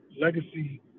legacy